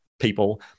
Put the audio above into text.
people